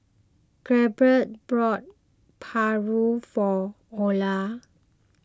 Gabriel bought Paru for Olar